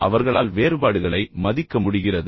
அவர்களால் வேறுபாடுகளை மதிக்க முடிகிறது